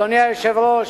אדוני היושב-ראש,